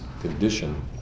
condition